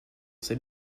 c’est